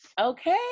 okay